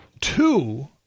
two